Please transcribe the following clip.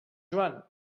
joan